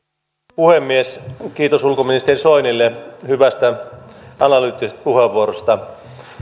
puhemies kiitos ulkoministeri soinille hyvästä analyyttisesta puheenvuorosta